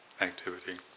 activity